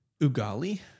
Ugali